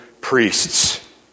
priests